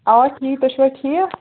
اَوا ٹھیٖک تُہۍ چھِو حظ ٹھیٖک